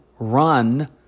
run